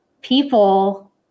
people